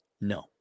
No